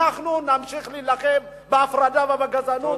אנחנו נמשיך להילחם בהפרדה ובגזענות,